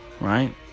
Right